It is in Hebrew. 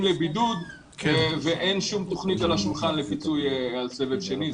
לבידוד ואין שום תוכנית על השולחן לפיצוי על הסבב השני,